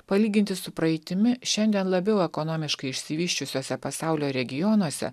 palyginti su praeitimi šiandien labiau ekonomiškai išsivysčiusiuose pasaulio regionuose